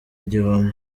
igihombo